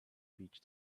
beach